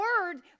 word